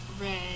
red